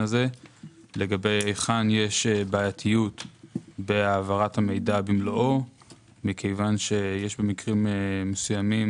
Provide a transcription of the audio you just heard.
הזה לגבי היכן יש בעייתיות בהעברת המידע במלואו כי יש במקרים מסוימים